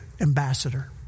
ambassador